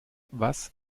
was